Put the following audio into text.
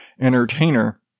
entertainer